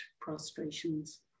prostrations